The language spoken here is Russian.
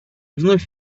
вновь